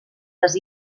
les